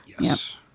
yes